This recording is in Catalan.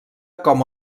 com